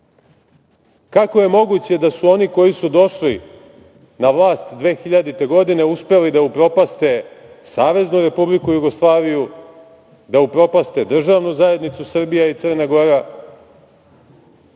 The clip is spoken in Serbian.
kako je moguće da su oni koji su došli na vlast 2000. godine uspeli da upropaste SRJ, da upropaste Državnu zajednicu Srbija i Crna Gora,